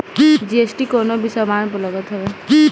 GST कवनो भी सामान पअ लागत हवे